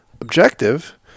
objective